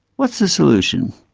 what's the solution?